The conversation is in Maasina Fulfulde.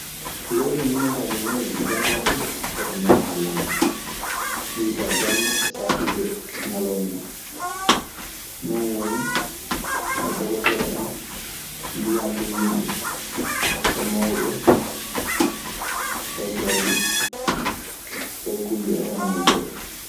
Ley ko minen kaa mi nani jamma fuu pati ñaama lamɗam. Ɓuytaa jamma, esaatuuje ñalooma duu. Non woni no dofotoro en mbiyanta yimɓe, e mawɓe caggal ɗee kulle e hono mun ngaɗi.